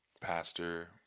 pastor